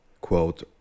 Quote